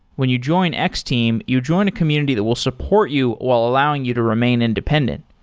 when you join x-team, you join a community that will support you while allowing you to remain independent,